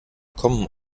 kommen